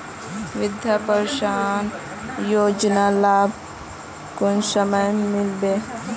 वृद्धा पेंशन योजनार लाभ कुंसम मिलबे?